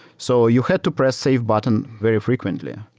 so you had to press save button very frequently.